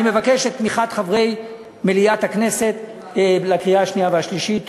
אני מבקש את תמיכת חברי מליאת הכנסת בקריאה השנייה והשלישית.